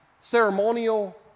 ceremonial